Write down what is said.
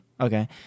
Okay